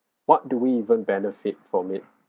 what do we even benefit from it